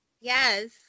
yes